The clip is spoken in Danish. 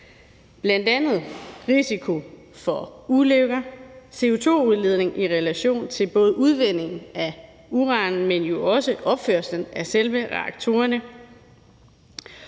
bl.a. risiko for ulykker og CO2-udledning i relation til både udvinding af uran, men jo også ved opførslen af selve reaktorerne.